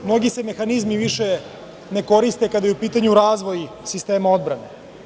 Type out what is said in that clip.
Mnogi se mehanizmi više ne koriste kada je u pitanju razvoj sistema odbrane.